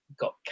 got